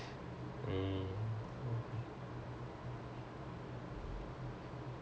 maybe but okay lor ya like that guy who keep calling me he's german